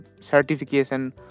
certification